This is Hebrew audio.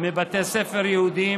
מבתי ספר יהודיים,